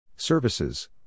Services